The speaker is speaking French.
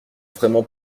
vraiment